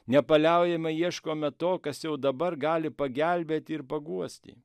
nepaliaujamai ieškome to kas jau dabar gali pagelbėti ir paguosti